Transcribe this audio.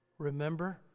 Remember